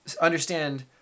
understand